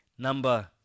Number